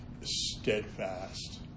steadfast